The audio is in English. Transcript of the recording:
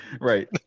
Right